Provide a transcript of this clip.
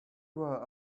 were